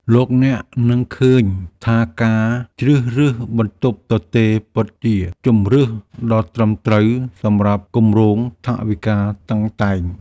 លោកអ្នកនឹងឃើញថាការជ្រើសរើសបន្ទប់ទទេរពិតជាជម្រើសដ៏ត្រឹមត្រូវសម្រាប់គម្រោងថវិកាតឹងតែង។